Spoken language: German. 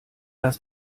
das